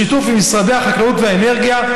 בשיתוף עם משרדי החקלאות והאנרגיה,